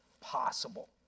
possible